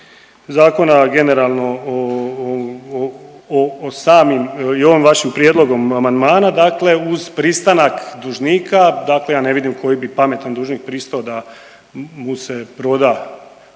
zakona generalno o samim i ovim vašim prijedlogom amandmana dakle uz pristanak dužnika dakle ja ne vidim koji bi pametan dužnik pristao da mu se proda